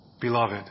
Beloved